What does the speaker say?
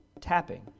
tapping